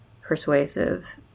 persuasive